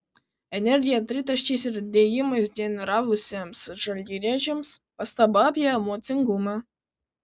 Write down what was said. energiją tritaškiais ir dėjimais generavusiems žalgiriečiams pastaba apie emocingumą